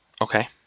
Okay